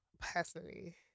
personally